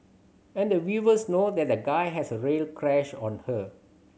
and the viewers know that the guy has a real crush on her